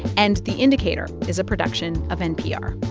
and the indicator is a production of npr